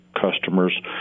Customers